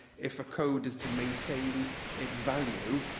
if a code is to maintain its value,